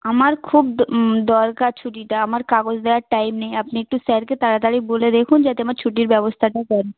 আমার খুব দরকার ছুটিটা আমার কাগজ দেওয়ার টাইম নেই আপনি একটু স্যারকে তাড়াতাড়ি বলে দেখুন যাতে আমার ছুটির ব্যবস্থাটা করে